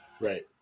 Right